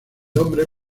hombre